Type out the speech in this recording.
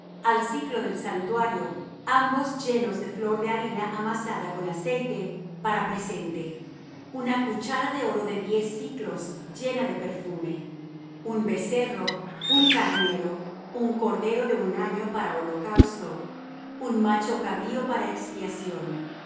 al siclo del santuario ambos llenos de flor de harina amasada con aceite para presente una cuchara de oro de diez siclos llena de perfume un becerro un carnero un cordero de un año para holocausto un macho cabrío para expiación